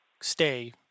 stay